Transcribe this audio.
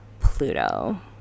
Pluto